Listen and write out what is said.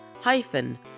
hyphen